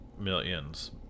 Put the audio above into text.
millions